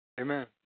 Amen